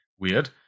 weird